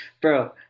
Bro